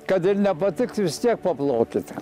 kad ir nepatiktų vis tiek paplokite